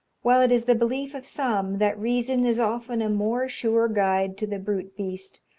while it is the belief of some that reason is often a more sure guide to the brute beast,